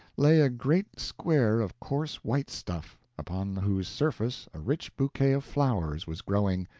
lay a great square of coarse white stuff, upon whose surface a rich bouquet of flowers was growing,